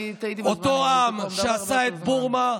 אני טעיתי בזמנים, אותו עם שעשה את בורמה,